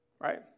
right